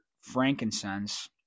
frankincense